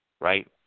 right